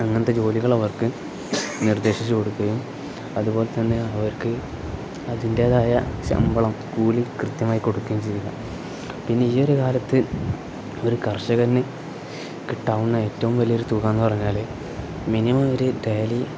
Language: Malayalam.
അങ്ങനത്തെ ജോലികൾ അവർക്ക് നിർദ്ദേശിച്ചു കൊടുക്കുകയും അതുപോലെ തന്നെ അവർക്ക് അതിൻറ്റേതായ ശമ്പളം കൂലി കൃത്യമായി കൊടുക്കുകയും ചെയ്യുക പിന്നെ ഈ ഒരു കാലത്ത് ഒരു കർഷകന് കിട്ടാവുന്ന ഏറ്റവും വലിയൊരു തുക എന്ന് പറഞ്ഞാൽ മിനിമം ഒരു ഡെയിലി